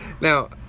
Now